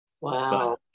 wow